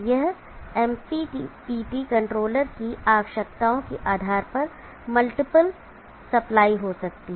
यह MPPT controller की आवश्यकताओं के आधार पर मल्टीपल सप्लाई हो सकती है